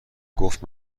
گفت